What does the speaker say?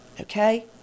okay